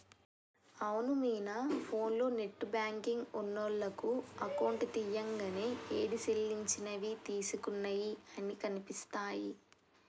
అవును మీనా ఫోన్లో net banking ఉన్నోళ్లకు అకౌంట్ తీయంగానే ఏది సెల్లించినవి తీసుకున్నయి అన్ని కనిపిస్తాయి